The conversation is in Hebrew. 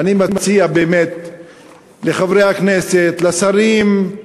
ואני מציע באמת לחברי הכנסת, לשרים,